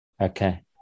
Okay